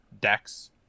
decks